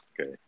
Okay